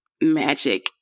magic